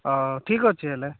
ହେଉ ଠିକ୍ ଅଛି ହେଲେ